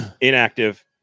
Inactive